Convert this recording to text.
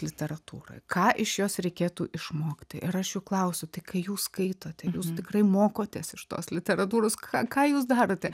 literatūroj ką iš jos reikėtų išmokti ir aš klausiu tik kai jūs skaitote jūs tikrai mokotės iš tos literatūros ką ką jūs darote